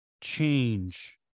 change